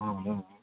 હં હં